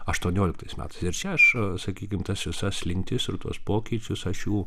aštuonioliktais metais ir čia aš sakykim tas visas slinktis ir tuos pokyčius aš jų